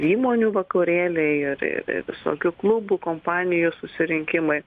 įmonių vakarėliai ir ir ir visokių klubų kompanijų susirinkimai